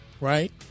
Right